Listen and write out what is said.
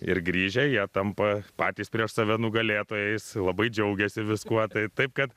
ir grįžę jie tampa patys prieš save nugalėtojais labai džiaugiasi viskuo tai taip kad